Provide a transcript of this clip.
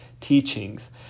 teachings